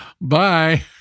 Bye